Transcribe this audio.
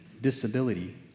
disability